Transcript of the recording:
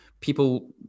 people